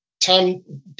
Tom